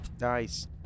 Nice